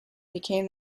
became